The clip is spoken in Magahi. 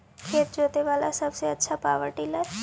खेत जोते बाला सबसे आछा पॉवर टिलर?